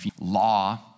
Law